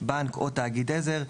בנק או תאגיד עזר,